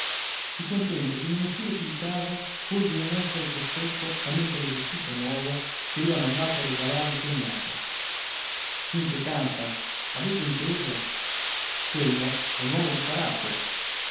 si contenta di non uscire più di casa pur di non essere costretto a mettere il vestito nuovo che gli ha mandato a regalare il cognato sin che campa avete inteso quello è un uomo di carattere